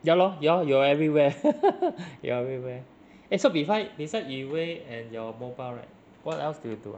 ya lor ya you are everywhere you are everywhere eh so beside beside yi wei and your mobile right what else do you do ah